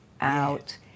out